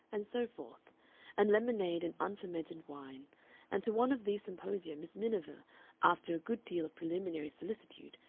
and so forth and lemonade and unfermented wine and to one of these symposia miss miniver after a good deal of preliminary solicitude,